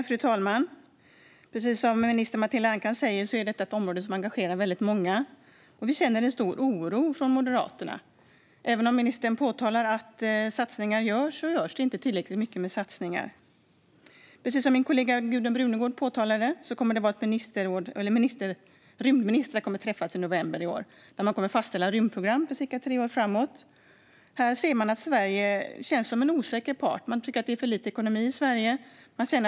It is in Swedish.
Fru talman! Precis som minister Matilda Ernkrans säger är detta ett område som engagerar väldigt många. Moderaterna känner en stor oro. Även om ministern påpekar att satsningar görs är de inte tillräckligt stora. Min kollega Gudrun Brunegård lyfte fram att rymdministrar kommer att träffas i november i år. Man kommer då att fastställa ett rymdprogram som sträcker sig i cirka tre år framåt. Här känns Sverige som en osäker part. Man tycker att ekonomin från Sveriges håll är för dålig.